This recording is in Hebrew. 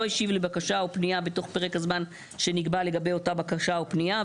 השיב לבקשה או פניה בתוך פרק הזמן שנקבע לגבי אותה בקשה או פניה,